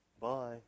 Bye